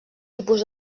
tipus